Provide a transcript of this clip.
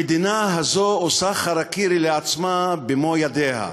המדינה הזאת עושה חרקירי לעצמה במו-ידיה.